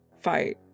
fight